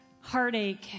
heartache